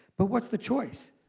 but what's the choice?